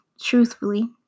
truthfully